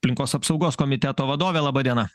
aplinkos apsaugos komiteto vadovė laba diena